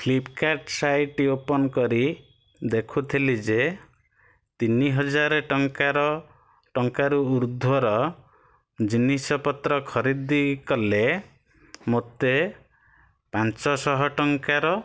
Flipkart ସାଇଟ୍ଟି open କରି ଦେଖୁଥିଲି ଯେ ତିନି ହଜାର ଟଙ୍କାର ଟଙ୍କାରୁ ଊର୍ଦ୍ଧ୍ୟର ଜିନିଷପତ୍ର ଖର୍ଦି କଲେ ମୋତେ ପାଞ୍ଚଶହ ଟଙ୍କାର